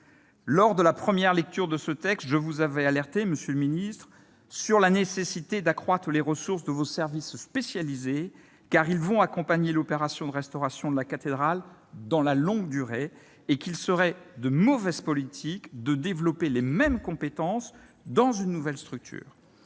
lors de la première lecture de ce texte, je vous avais alerté sur la nécessité d'accroître les ressources de vos services spécialisés : ils vont accompagner l'opération de restauration de la cathédrale dans la longue durée, et il serait de mauvaise politique de développer les mêmes compétences dans une nouvelle structure.